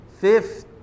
fifth